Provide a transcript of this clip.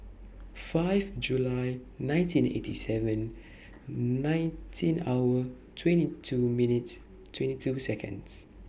five July nineteen eighty seven nineteen hours twenty two minutes twenty two Seconds